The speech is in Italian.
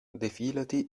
defilati